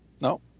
No